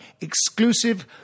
exclusive